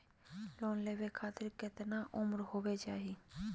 Loan लेवे खातिर केतना उम्र होवे चाही?